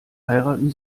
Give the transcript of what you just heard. heiraten